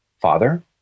Father